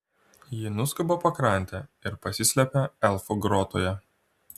ji nuskuba pakrante ir pasislepia elfų grotoje